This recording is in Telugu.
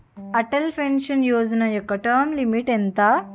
అటల్ పెన్షన్ యోజన యెక్క టర్మ్ లిమిట్ ఎంత?